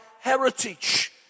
heritage